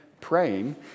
praying